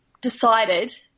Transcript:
decided